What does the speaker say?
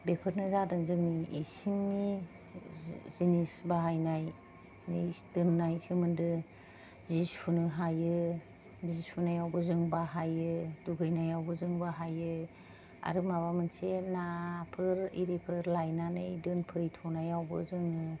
बेफोरनो जादों जोंनि इसिंनि जिनिस बाहायनायनि दोननाय सोमोन्दो जि सुनो हायो जि सुनायावबो जोङो बाहायो दुगैनायावबो जों बाहायो आरो माबा मोनसे नाफोर इरिफोर लायनानै दोनफैथ'नायावबो जोङो